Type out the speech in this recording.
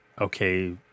okay